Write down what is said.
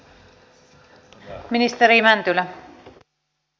arvoisa puhemies